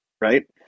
right